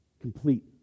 complete